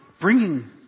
bringing